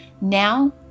Now